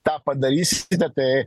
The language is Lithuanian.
tą padarysite tai